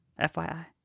FYI